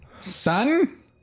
Son